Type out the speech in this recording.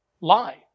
lie